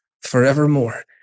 forevermore